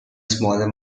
smaller